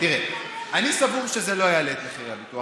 תראה, אני סבור שזה לא יעלה את מחירי הביטוח.